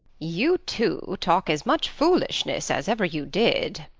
you two talk as much foolishness as ever you did,